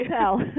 tell